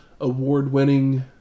award-winning